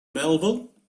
melville